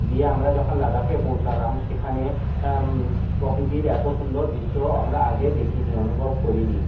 দিয়ে আমরা যখন লাদাখে পৌঁছালাম সেখানে প্রকৃতির এত সুন্দর দৃশ্য আমরা আগে দেখিনি অনুভব করিনি